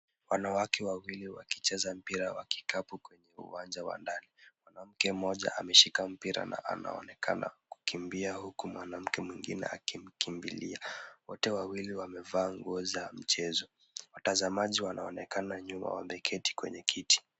Wanawake wawili wakicheza mpira wa kikapu kwenye uwanja wa ndani. Mwanamke mmoja ameshika mpira na anaonekana kukimbia, huku mwanamke mwingine akimkimbilia. Wote wawili wamevaa nguo za mchezo, watazamaji wanaonekana nyuma wameketi kwenye kiti.